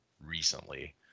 recently